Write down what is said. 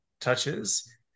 touches